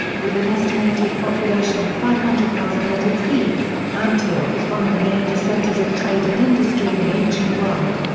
with an estimated population of five hundred thousand at its peak, antioch was one of the major centers of trade and industry in the ancient world.